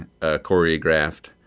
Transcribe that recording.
choreographed